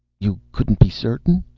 you couldn't be certain?